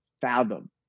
fathom